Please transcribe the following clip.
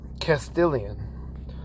Castilian